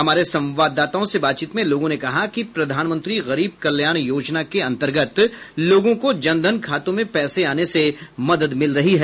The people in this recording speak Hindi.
हमारे संवाददाताओं से बातचीत में लोगों ने कहा कि प्रधानमंत्री गरीब कल्याण योजना के अन्तर्गत लोगों को जन धन खातों में पैसे आने से मदद मिल रही है